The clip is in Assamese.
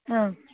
অঁ